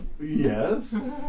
Yes